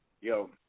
Yo